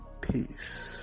Peace